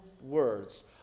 words